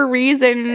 reason